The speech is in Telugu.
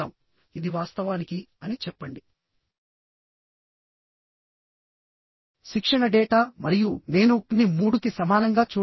నెట్ ఏరియా అంటే సాధారణంగా total area minus hole area